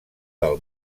del